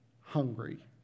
hungry